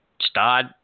start